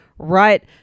right